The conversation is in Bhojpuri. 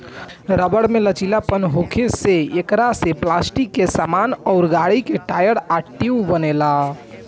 रबर में लचीलापन होखे से एकरा से पलास्टिक के सामान अउर गाड़ी के टायर आ ट्यूब बनेला